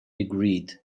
agreed